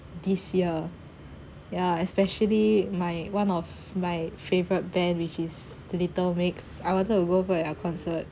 this year yeah especially my one of my favourite band which is little mix I wanted to go for their concert